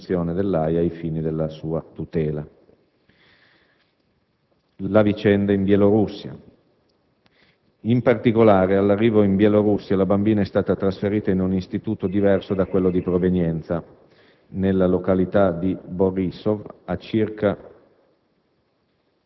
Convenzione dell'Aia ai fini della sua tutela. Passiamo ora alla vicenda in Bielorussia. All'arrivo in Bielorussia la bambina è stata trasferita in un istituto diverso da quello di provenienza, nella località di Borissov. I due